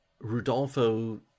Rudolfo